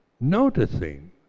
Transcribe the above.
noticing